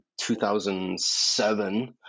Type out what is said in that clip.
2007